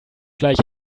gleich